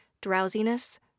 drowsiness